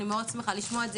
אני מאוד שמחה לשמוע את זה,